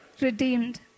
redeemed